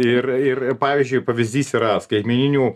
ir ir pavyzdžiui pavyzdys yra skaitmeninių